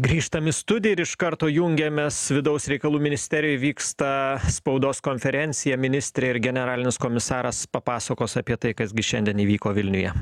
grįžtam į studiją ir iš karto jungiamės vidaus reikalų ministerijoj vyksta spaudos konferencija ministrė ir generalinis komisaras papasakos apie tai kas gi šiandien įvyko vilniuje